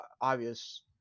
obvious